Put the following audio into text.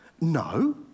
No